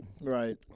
Right